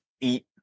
eat